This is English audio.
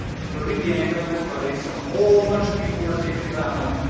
including daniel and his buddies. a whole bunch of people were taken to babylon.